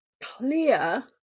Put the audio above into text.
clear